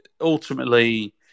Ultimately